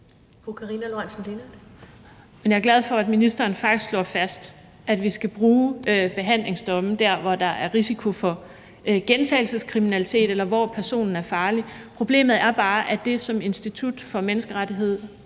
Jeg er glad for, at ministeren faktisk slår fast, at vi skal bruge behandlingsdomme der, hvor der er risiko for gentagelseskriminalitet, eller hvor personen er farlig. Problemet er bare, at det, som Institut for Menneskerettigheder